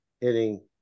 hitting